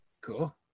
cool